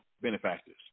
benefactors